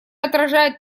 отражает